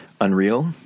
Unreal